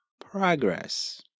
progress